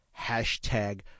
Hashtag